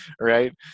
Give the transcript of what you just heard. right